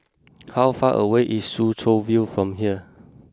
how far away is Soo Chow View from here